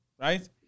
Right